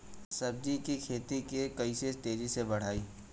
सब्जी के खेती के कइसे तेजी से बढ़ाई?